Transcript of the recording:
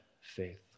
faith